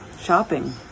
shopping